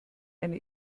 eine